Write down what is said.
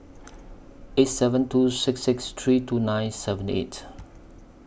eight seven two six six three two nine seven eight